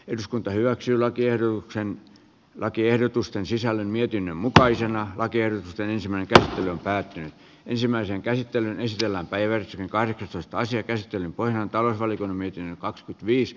eduskunta hyväksyi lakiehdotuksen lakiehdotusten sisällön mietinnön mukaisena vaatien sen ensimmäinen käsittely päättyy ensimmäisen käsittelyn pohjana on talousvaliokunnan mietintö